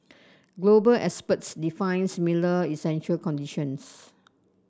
global experts define similar essential conditions